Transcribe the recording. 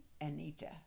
Anita